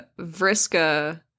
Vriska